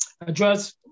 address